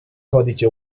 codice